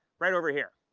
right over here.